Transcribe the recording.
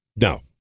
No